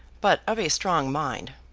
but of a strong mind.